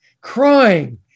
crying